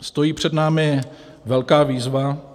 Stojí před námi velká výzva.